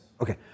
okay